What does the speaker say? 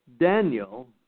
Daniel